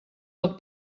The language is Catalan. del